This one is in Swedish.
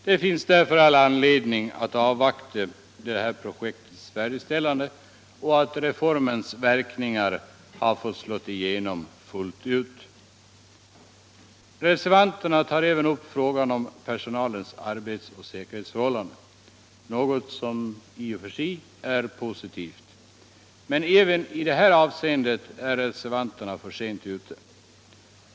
Det finns därför all anledning att avvakta detta projekts färdigställande och att reformens verkningar har fått slå igenom fullt ut. Reservanterna tar även upp frågan om personalens arbetsoch säkerhetsförhållanden, något som i och för sig är positivt. Men även i detta avseende är reservanterna för sent ute.